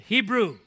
Hebrew